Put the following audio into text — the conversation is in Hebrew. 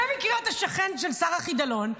במקרה אתה שכן של שר החידלון,